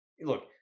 look